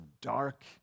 dark